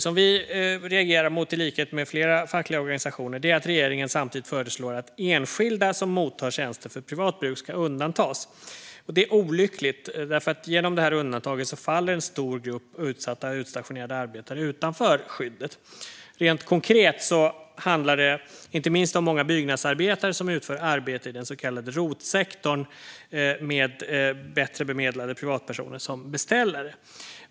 Det vi reagerar mot, i likhet med flera fackliga organisationer, är att regeringen samtidigt föreslår att enskilda som mottar tjänster för privat bruk ska undantas. Det är olyckligt. Genom detta undantag faller en stor grupp utsatta utstationerade arbetare utanför skyddet. Rent konkret handlar det inte minst om många byggnadsarbetare som utför arbete i den så kallade ROT-sektorn, med bättre bemedlade privatpersoner som beställare.